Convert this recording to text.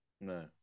No